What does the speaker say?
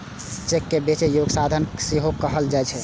cheque कें बेचै योग्य साधन सेहो कहल जाइ छै